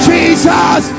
Jesus